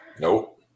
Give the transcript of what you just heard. Nope